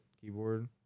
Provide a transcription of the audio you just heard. keyboard